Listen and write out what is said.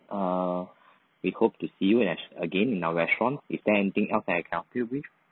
err we hope to see you again in our restaurant is there anything else that I can help you with